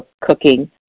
cooking